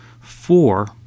Four